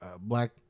black